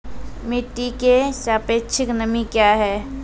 मिटी की सापेक्षिक नमी कया हैं?